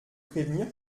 prévenir